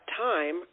time